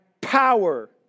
power